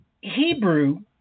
Hebrew